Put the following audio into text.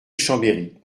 chambéry